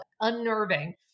unnerving